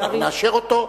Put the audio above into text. לא, אנחנו נאשר אותו.